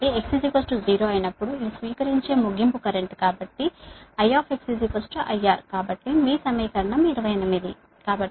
కాబట్టి x 0 అయినప్పుడు ఇది స్వీకరించే ముగింపు కరెంట్ కాబట్టి I IR కాబట్టి మీ సమీకరణం 28